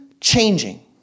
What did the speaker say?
changing